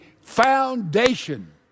foundation